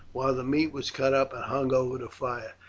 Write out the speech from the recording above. while the meat was cut up and hung over the fire.